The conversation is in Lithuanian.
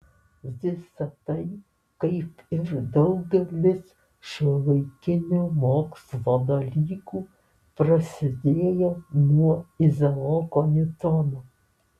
visa tai kaip ir daugelis šiuolaikinio mokslo dalykų prasidėjo nuo izaoko niutono